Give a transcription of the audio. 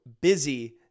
busy